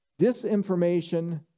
Disinformation